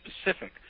specific